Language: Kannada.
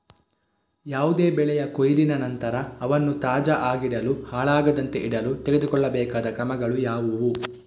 ಯಾವುದೇ ಬೆಳೆಯ ಕೊಯ್ಲಿನ ನಂತರ ಅವನ್ನು ತಾಜಾ ಆಗಿಡಲು, ಹಾಳಾಗದಂತೆ ಇಡಲು ತೆಗೆದುಕೊಳ್ಳಬೇಕಾದ ಕ್ರಮಗಳು ಯಾವುವು?